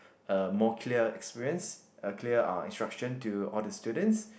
a more clear experience a clear uh instructions to all the students